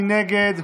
מי נגד?